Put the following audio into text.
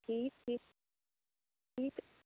ٹھیٖک ٹھیٖک ٹھیٖک